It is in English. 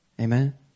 Amen